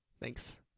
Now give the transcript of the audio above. Thanks